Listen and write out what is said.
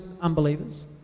unbelievers